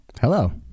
hello